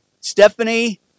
Stephanie